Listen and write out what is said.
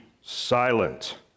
silent